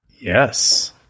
Yes